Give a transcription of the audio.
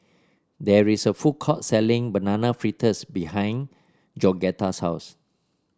there is a food court selling Banana Fritters behind Georgetta's house